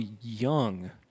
young